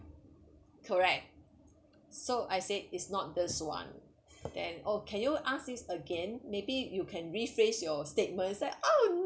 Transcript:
correct so I said it's not this one then oh can you ask this again maybe you can rephrase your statements I say oh